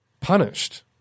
punished